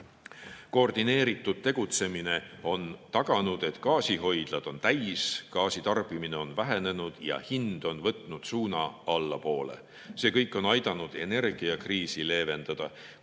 Koordineeritud tegutsemine on taganud, et gaasihoidlad on täis, gaasitarbimine on vähenenud ja hind on võtnud suuna allapoole. See kõik on aidanud energiakriisi leevendada,